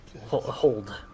Hold